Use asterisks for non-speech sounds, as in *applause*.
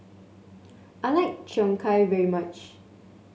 I like Cheong *unintelligible* very much